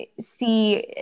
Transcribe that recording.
see